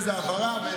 באיזו הברה.